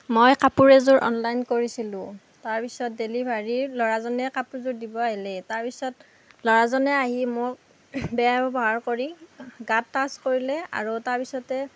মই কাপোৰ এযোৰ অনলাইন কৰিছিলোঁ তাৰপিছত ডেলিভাৰীৰ ল'ৰাজনে কাপোৰযোৰ দিব আহিলে তাৰপিছত ল'ৰাজনে আহি মোক বেয়া ব্যৱহাৰ কৰি গাত টাচ্ কৰিলে আৰু তাৰপিছতে